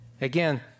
Again